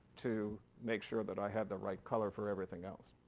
to make sure that i had the right color for everything else.